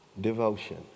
Devotion